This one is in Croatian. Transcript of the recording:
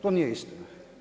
To nije istina.